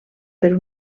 per